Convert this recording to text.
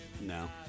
No